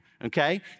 Okay